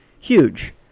Huge